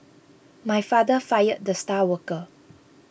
my father fired the star worker